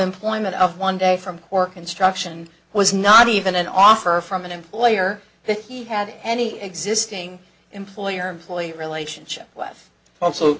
employment of one day from core construction was not even an offer from an employer that he have any existing employer employee relationship with also